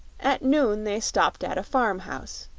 at noon they stopped at a farmhouse,